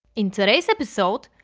in today's episode,